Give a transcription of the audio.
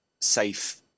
safe